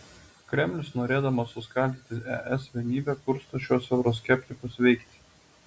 kremlius norėdamas suskaldyti es vienybę kursto šiuos euroskeptikus veikti